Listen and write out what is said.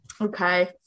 okay